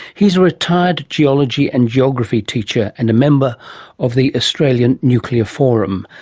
he's a retired geology and geography teacher and a member of the australian nuclear forum.